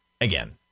again